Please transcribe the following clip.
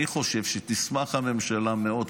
אני חושב שתשמח הממשלה מאוד,